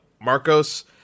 Marcos